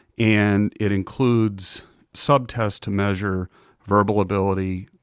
and it includes sub-tests to measure verbal ability,